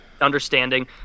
understanding